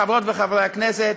חברות וחברי הכנסת,